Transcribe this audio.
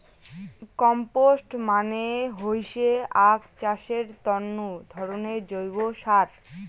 compost মানে হইসে আক চাষের তন্ন ধরণের জৈব সার